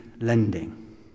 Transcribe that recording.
lending